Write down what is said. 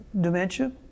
dementia